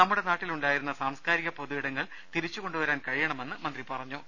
നമ്മുടെ നാട്ടിൽ ഉണ്ടായിരുന്ന സാംസ്കാരിക പൊതു ഇടങ്ങൾ തിരിച്ചുകൊണ്ടുവരാൻ കഴിയണമെന്ന് മന്ത്രി പറഞ്ഞു